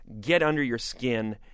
get-under-your-skin